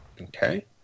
Okay